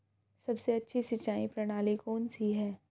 सबसे अच्छी सिंचाई प्रणाली कौन सी है?